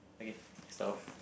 okay start off